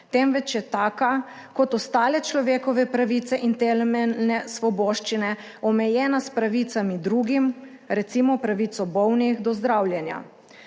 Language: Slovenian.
temveč je taka kot ostale človekove pravice in temeljne svoboščine, omejena s pravicami drugim, recimo pravico bolnih do zdravljenja.